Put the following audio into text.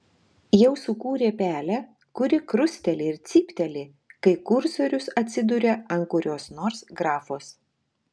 jau sukūrė pelę kuri krusteli ir cypteli kai kursorius atsiduria ant kurios nors grafos